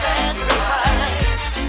Sacrifice